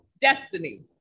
destiny